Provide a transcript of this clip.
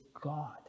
God